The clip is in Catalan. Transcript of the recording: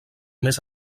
més